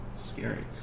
Scary